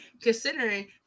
considering